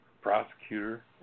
Prosecutor